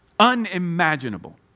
unimaginable